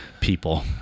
people